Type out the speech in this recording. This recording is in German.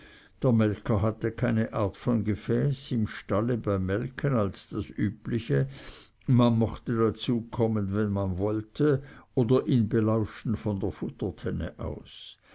der melker hatte keine art von gefäß im stalle beim melken als das übliche man mochte dazukommen wenn man wollte oder ihn belauschen von der futtertenne aus